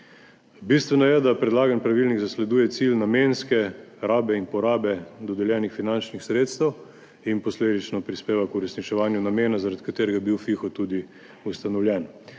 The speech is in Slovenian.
Bistveno je, da predlagan pravilnik zasleduje cilj namenske rabe in porabe dodeljenih finančnih sredstev in posledično prispeva k uresničevanju namena, zaradi katerega je bil FIHO tudi ustanovljen,